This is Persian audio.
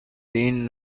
این